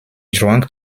drank